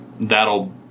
that'll